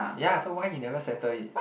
ya so why he never settle it